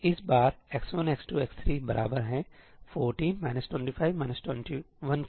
इस बार x1 x2 x3 बराबर है 14 25 21 के